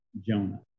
Jonah